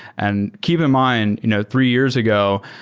and keep in mind, you know three years ago,